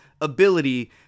ability